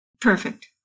Perfect